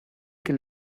que